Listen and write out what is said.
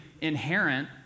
inherent